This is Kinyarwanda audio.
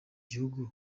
gihugu